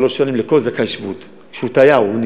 של שלוש שנים לכל זכאי שבות שהוא תייר.